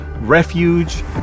refuge